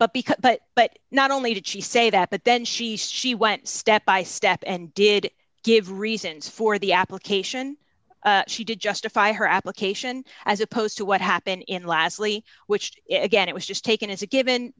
because but but not only did she say that but then she says she went step by step and did give reasons for the application she did justify her application as opposed to what happened in lasley which again it was just taken as a given